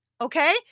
okay